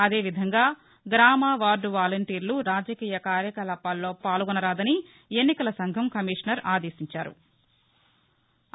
అదే విధంగా గ్రామవార్డు వాలంటీర్లు రాజకీయ కార్యకలాపాల్లో పాల్గొనరాదని ఎన్నికల సంఘం కమీషనర్ ఆదేశించారు